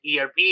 erp